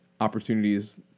opportunities